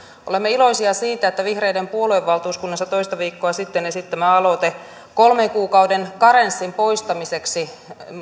olemme iloisia siitä että vihreiden puoluevaltuuskunnassa toista viikkoa sitten esitetty aloite kolmen kuukauden karenssin poistamiseksi